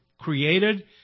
created